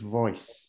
voice